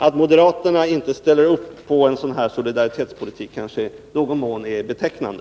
Att moderaterna inte ställer upp på en sådan solidaritetspolitik är kanske i någon mån betecknande.